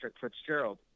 Fitzgerald